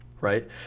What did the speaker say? right